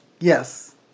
Yes